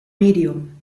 medium